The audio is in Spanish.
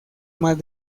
más